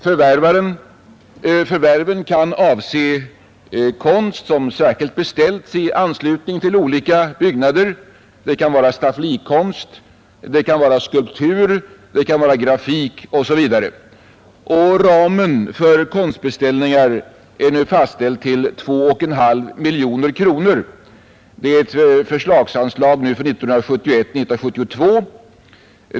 Förvärven kan avse konst som särskilt beställts i anslutning till olika byggnader: stafflikonst, skulptur, grafik osv. Ramen för konstbeställningar för 1971/72 är nu fastställd genom ett förslagsanslag på 2,5 miljoner kronor.